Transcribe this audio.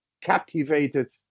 captivated